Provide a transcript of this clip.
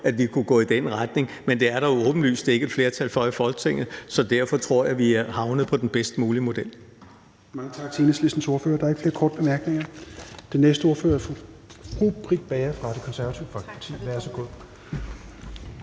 at vi kunne gå i den retning. Men det er der jo åbenlyst ikke et flertal for i Folketinget, så derfor tror jeg, at vi er havnet på den bedst mulige model.